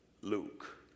Luke